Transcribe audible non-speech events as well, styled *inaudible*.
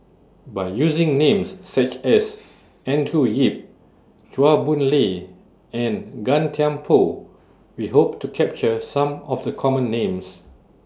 By using Names such as *noise* Andrew Yip Chua Boon Lay and Gan Thiam Poh We Hope to capture Some of The Common Names